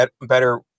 better